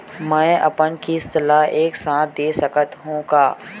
मै अपन किस्त ल एक साथ दे सकत हु का?